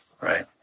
right